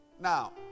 Now